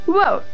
Whoa